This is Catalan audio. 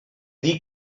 dir